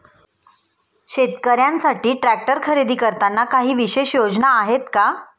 शेतकऱ्यांसाठी ट्रॅक्टर खरेदी करताना काही विशेष योजना आहेत का?